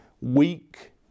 weak